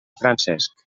francesc